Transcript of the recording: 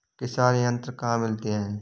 किसान यंत्र कहाँ मिलते हैं?